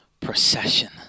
procession